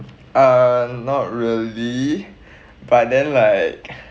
err not really but then like